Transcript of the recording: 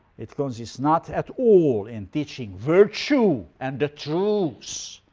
it consists not at all in teaching virtue and the truth